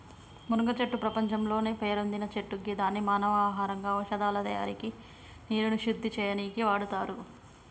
మునగచెట్టు ప్రపంచంలోనే పేరొందిన చెట్టు గిదాన్ని మానవ ఆహారంగా ఔషదాల తయారికి నీరుని శుద్ది చేయనీకి వాడుతుర్రు